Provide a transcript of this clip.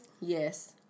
Yes